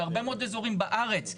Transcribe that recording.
בהרבה מאוד אזורים בארץ,